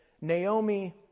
Naomi